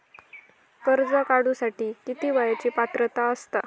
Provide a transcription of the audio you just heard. कर्ज काढूसाठी किती वयाची पात्रता असता?